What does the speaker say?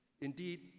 Indeed